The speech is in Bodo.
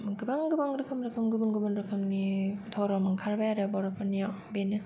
गोबां गोबां रोखोम गुबुन गुबुन रोखोमनि धरम ओंखारबाय आरो बर'फोरनिआव बेनो